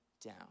down